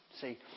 See